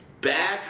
back